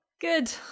good